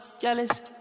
jealous